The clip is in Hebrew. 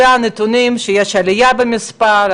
אלה הם הנתונים שמראים כי יש עלייה במספר,